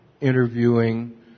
interviewing